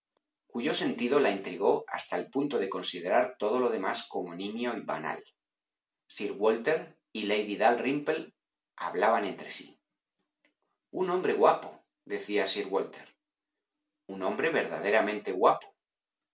cuyo sentido la intrigó hasta el punto de considerar todo lo demás como nimio y banal sir walter y lady dalrympe hablaban entre sí un hombre guapodecía sir walter un hombre verdaderamente guapo un